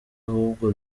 ahubwo